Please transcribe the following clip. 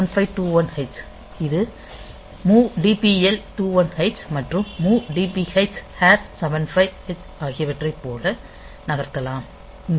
இது move DPL 21H மற்றும் move DPH hash 75 H ஆகியவற்றைப் போல் நகர்த்தலாம்